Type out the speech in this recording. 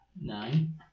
Nine